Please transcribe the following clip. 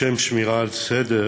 לשם שמירה על הסדר